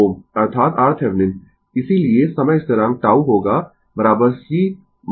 अर्थात RThevenin इसीलिए समय स्थिरांक τ होगा c RThevenin